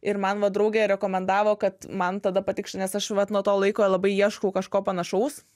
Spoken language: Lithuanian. ir man va draugė rekomendavo kad man tada patikš nes aš vat nuo to laiko labai ieškau kažko panašaus